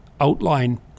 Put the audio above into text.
outline